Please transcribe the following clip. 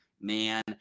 man